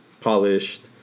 polished